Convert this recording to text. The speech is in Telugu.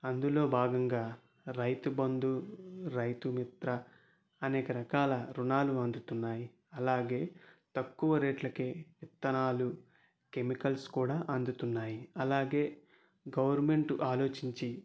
అందులో భాగంగా రైతుబంధు రైతుమిత్ర అనేక రకాల రుణాలు అందుతున్నాయి అలాగే తక్కువ రేట్లకే ఇత్తనాలు కెమికల్స్ కూడా అందుతున్నాయి అలాగే గవర్మెంట్ అలోచించి